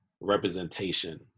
representation